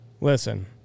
Listen